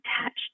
attached